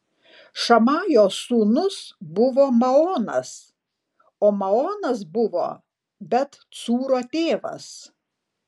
šamajo sūnus buvo maonas o maonas buvo bet cūro tėvas